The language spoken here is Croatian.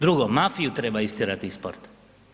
Drugo, mafiju treba istjerati iz sporta.